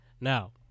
Now